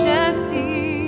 Jesse